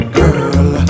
girl